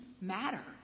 matter